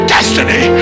Destiny